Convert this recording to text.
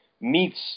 meets